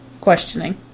questioning